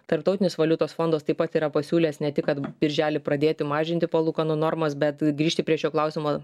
tarptautinis valiutos fondas taip pat yra pasiūlęs ne tik kad birželį pradėti mažinti palūkanų normas bet grįžti prie šio klausimo